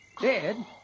Dead